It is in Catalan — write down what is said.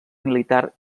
militar